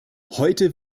heute